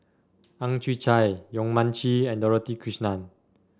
Ang Chwee Chai Yong Mun Chee and Dorothy Krishnan